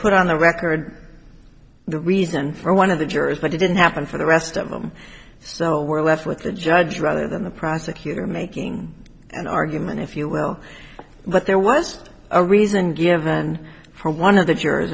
put on the record the reason for one of the jurors but it didn't happen for the rest of them so we're left with the judge rather than the prosecutor making an argument if you will but there was a reason given for one of the jurors